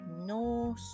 no